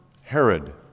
Herod